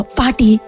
party